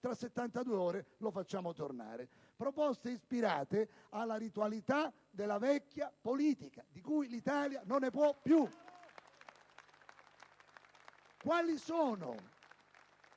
tra 72 ore lo facciamo tornare. Proposte ispirate alla ritualità della vecchia politica, di cui l'Italia non ne può più. *(Applausi